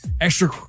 Extra